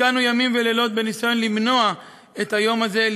השקענו לילות כימים בניסיון למנוע את היום הזה,